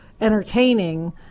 entertaining